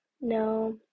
No